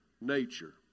nature